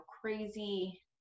crazy